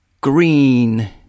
Green